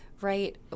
right